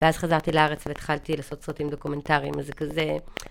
ואז חזרתי לארץ והתחלתי לעשות סרטים דוקומנטריים. זה כזה...